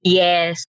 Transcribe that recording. yes